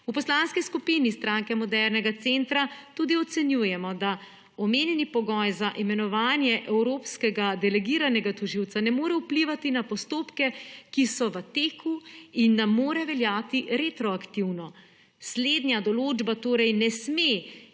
V Poslanski skupini Stranke modernega centra tudi ocenjujemo, da omenjeni pogoj za imenovanje evropskega delegiranega tožilca ne more vplivati na postopke, ki so v teku in ne more veljati retroaktivno. Slednja določba torej ne sme in ne